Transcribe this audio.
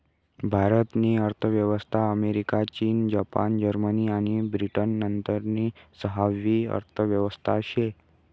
भारत नी अर्थव्यवस्था अमेरिका, चीन, जपान, जर्मनी आणि ब्रिटन नंतरनी सहावी अर्थव्यवस्था शे